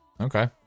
Okay